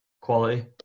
Quality